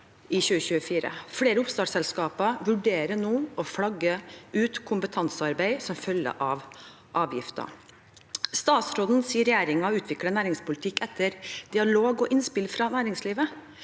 Flere oppstartsselskaper vurderer nå å flagge ut kompetansearbeid som følge av avgiften. Statsråden sier at regjeringen utvikler næringspolitikk etter dialog og innspill fra næringslivet.